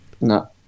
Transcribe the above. No